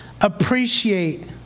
appreciate